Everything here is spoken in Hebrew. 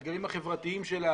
באתגרים החברתיים שלה,